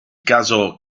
caso